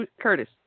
Curtis